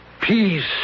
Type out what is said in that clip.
Peace